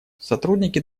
сотрудники